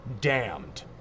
damned